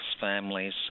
families